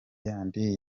yandi